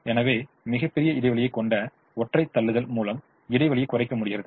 எனவே மிகப்பெரிய இடைவெளியைக் கொண்ட ஒன்றைத் தள்ளுதல் மூலம் இடைவெளியைக் குறைக்க முடிகிறது